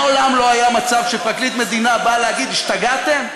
מעולם לא היה מצב שפרקליט המדינה בא להגיד: השתגעתם?